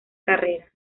carrera